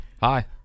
Hi